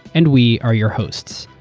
and we are your hosts.